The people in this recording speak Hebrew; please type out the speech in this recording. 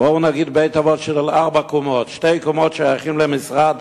של ארבע קומות, שתי קומות שייכות למשרד